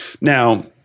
Now